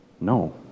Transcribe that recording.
No